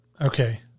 okay